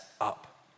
up